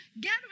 get